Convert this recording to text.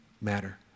matter